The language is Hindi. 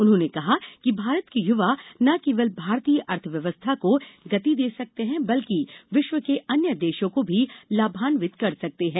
उन्होंने कहा कि भारत के युवा न केवल भारतीय अर्थव्यवस्था को गति दे सकते हैं बल्कि विश्व के अन्य देशों को भी लाभान्वित कर सकते हैं